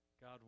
god